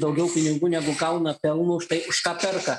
daugiau pinigų negu gauna pelno už tai ką perka